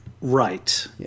Right